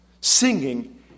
Singing